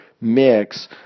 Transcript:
mix